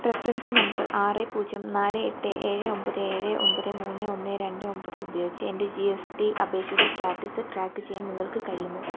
reference number ആറ് പൂജ്യം നാല് എട്ട് ഏഴ് ഒൻപത് ഏഴ് ഒൻപത് മൂന്ന് ഒന്ന് രണ്ട് ഒമ്പത് ഉപയോഗിച്ച് എൻ്റെ ജി എസ് ടി അപേക്ഷയുടെ സ്റ്റാറ്റസ് ട്രാക്ക് ചെയ്യാൻ നിങ്ങൾക്ക് കഴിയുമോ